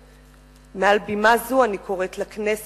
מעל בימה זו אני קוראת לכנסת,